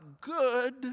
good